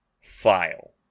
file